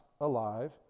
alive